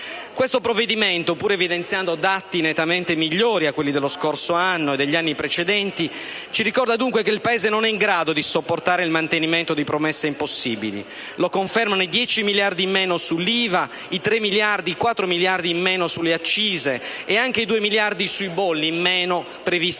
Sud. Il provvedimento in esame, pur evidenziando dati nettamente migliori rispetto a quelli dello scorso anno e degli anni precedenti, ci ricorda dunque che il Paese non è in grado di garantire il mantenimento di promesse impossibili: lo confermano i 10 miliardi di euro in meno sull'IVA, i 4 miliardi di euro in meno sulle accise e anche i 2 miliardi di euro in meno sui